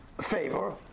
favor